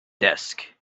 desk